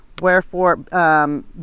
Wherefore